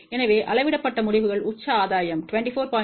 எனவே அளவிடப்பட்ட முடிவுகள் உச்ச ஆதாயம் 24